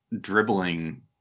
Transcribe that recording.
dribbling